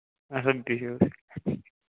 اَسا بِہو